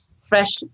fresh